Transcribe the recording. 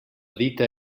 dita